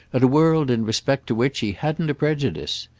at a world in respect to which he hadn't a prejudice.